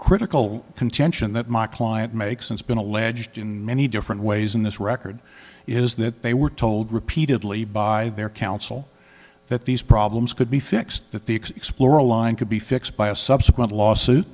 critical contention that my client makes it's been alleged in many different ways in this record is that they were told repeatedly by their counsel that these problems could be fixed that the explora line could be fixed by a subsequent lawsuit